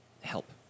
help